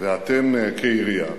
ואתם כעירייה,